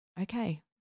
okay